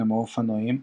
כמו אופנועים,